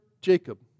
Jacob